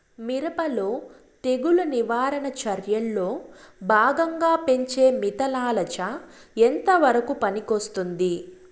మిరప లో తెగులు నివారణ చర్యల్లో భాగంగా పెంచే మిథలానచ ఎంతవరకు పనికొస్తుంది?